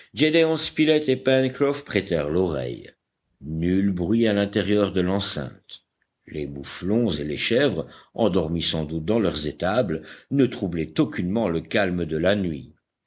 prêtèrent l'oreille nul bruit à l'intérieur de l'enceinte les mouflons et les chèvres endormis sans doute dans leurs étables ne troublaient aucunement le calme de la nuit